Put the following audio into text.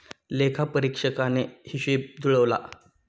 लेखापरीक्षकाने हिशेब जुळवला